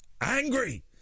angry